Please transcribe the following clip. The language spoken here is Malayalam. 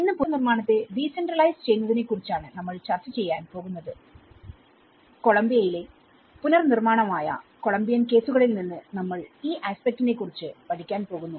ഇന്ന് പുനർനിർമ്മാണത്തെ ഡീസെൻട്രലൈസ് ചെയ്യുന്നതിനെ കുറിച്ചാണ് നമ്മൾ ചർച്ച ചെയ്യാൻ പോകുന്നത് കൊളംബിയയിലെ പുനർനിർമ്മാണമായ കൊളംബിയൻ കേസുകളിൽ നിന്ന് നമ്മൾ ഈ ആസ്പെക്റ്റിനെ കുറിച്ച് പഠിക്കാൻ പോകുന്നു